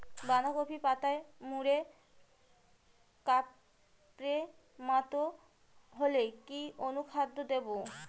বাঁধাকপির পাতা মুড়ে কাপের মতো হলে কি অনুখাদ্য দেবো?